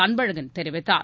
அன்பழகன் தெரிவித்தார்